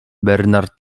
bernard